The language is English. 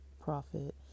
profit